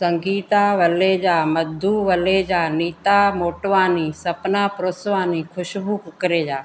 Sangeeta Valeja Madhu Valeja Nita Motwani Sapna Pruswani Khushbu Kukreja